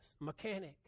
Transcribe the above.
mechanic